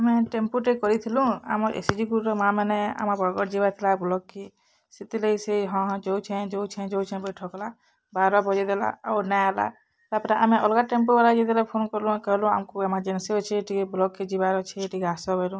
ଆମେ ଟେମ୍ପୁଟେ କରିଥିଲୁଁ ଆମର୍ ଏସ୍ ଏ ଜି ଗ୍ରୁପ୍ ର ମାମାନେ ଆମ ବରଗଡ଼୍ ଯିବାର୍ ଥିଲା ବ୍ଲକ୍ କେ ସେଥିର୍ ଲାଗି ସେ ହଁ ହଁ ଯଉଁଛେ ଯଉଁଛେ ଯଉଁଛେ ବୋଲି ଠକ୍ ଲା ବାରା ବଜେଇଦେଲା ଆଉ ନାଇଁ ଆଇଲା ତା'ପରେ ଆମେ ଅଲଗା ଟେମ୍ପୋ ବାଲାକେ ଯେତେଲେ ଫୋନ୍ କଲୁ ଆଉ କହିଲୁ ଆମ୍ କୁ ଏମର୍ଜେନ୍ସି ଅଛେ ଟିକେ ବ୍ଲକ୍ ନେ ଯିବାର୍ ଅଛେ ଟିକେ ଆସ ବୋଇଲୁ